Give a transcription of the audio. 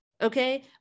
okay